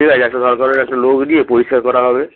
ঠিক আছে একটা দরকার হলে একটা লোক দিয়ে পরিষ্কার করা হবে